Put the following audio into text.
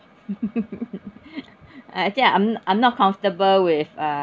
uh actually I'm I'm not comfortable with uh